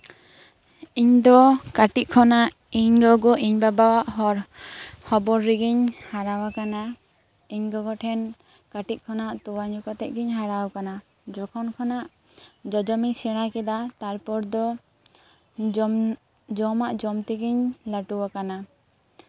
ᱤᱧ ᱫᱚ ᱠᱟᱹᱴᱤᱡ ᱠᱷᱚᱱᱟᱜ ᱤᱧ ᱜᱚᱜᱚ ᱤᱧ ᱵᱟᱵᱟᱣᱟᱜ ᱦᱚᱵᱚᱨ ᱨᱮᱜᱤᱧ ᱦᱟᱨᱟ ᱟᱠᱟᱱᱟ ᱤᱧ ᱜᱚᱜᱚ ᱴᱷᱮᱱ ᱠᱟᱹᱴᱤᱡ ᱠᱷᱚᱱᱟᱜ ᱛᱳᱣᱟ ᱧᱩ ᱠᱟᱛᱮᱜ ᱜᱮᱧ ᱦᱟᱨᱟ ᱟᱠᱟᱱᱟ ᱡᱚᱠᱷᱚᱱ ᱠᱷᱚᱱᱟᱜ ᱡᱚᱡᱚᱢ ᱤᱧ ᱥᱮᱬᱟ ᱠᱮᱫᱟ ᱛᱟᱨᱯᱚᱨ ᱫᱚ ᱡᱚᱢ ᱟᱜ ᱡᱚᱢ ᱛᱮᱜᱤᱧ ᱞᱟᱹᱴᱩ ᱟᱠᱟᱱᱟ